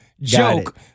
joke